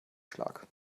schlag